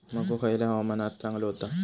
मको खयल्या हवामानात चांगलो होता?